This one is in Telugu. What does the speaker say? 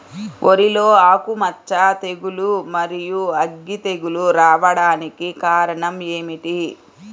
వరిలో ఆకుమచ్చ తెగులు, మరియు అగ్గి తెగులు రావడానికి కారణం ఏమిటి?